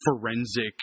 forensic